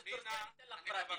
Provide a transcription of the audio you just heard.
את תרצי, אני אתן לך פרטים.